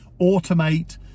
automate